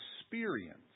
experience